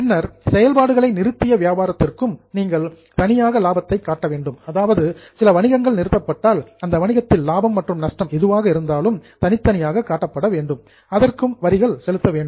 பின்னர் செயல்பாடுகளை நிறுத்திய வியாபாரத்திற்கும் நீங்கள் செபரேட்லி தனித்தனியாக லாபத்தை காட்ட வேண்டும் அதாவது சில வணிகங்கள் நிறுத்தப்பட்டால் அந்த வணிகத்தில் லாபம் மற்றும் நஷ்டம் எதுவாக இருந்தாலும் தனித்தனியாக காட்டப்பட வேண்டும் அதற்கும் வரிகளை செலுத்த வேண்டும்